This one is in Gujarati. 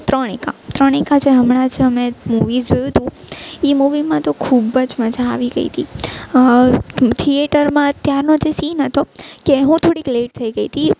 ત્રણ એક્કા ત્રણ એક્કા જે હમણાં જ અમે મુવી જોયું હતું એ મુવીમાં તો ખૂબ જ મજા આવી ગઈ હતી થિએટરમાં ત્યાંનો જે સીન હતો કે હું થોડીક લેટ થઈ ગઈ હતી